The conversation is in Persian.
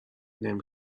نمی